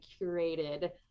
curated